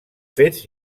fets